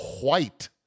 White